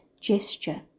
gesture